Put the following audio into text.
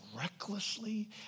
recklessly